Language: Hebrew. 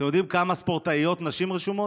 אתם יודעים כמה נשים ספורטאיות רשומות?